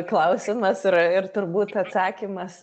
klausimas yra ir turbūt atsakymas